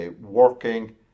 working